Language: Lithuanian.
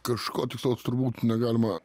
kažko tikslaus turbūt negalima